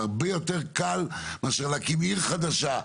זה הרבה יותר קל מאשר להקים עיר חדשה.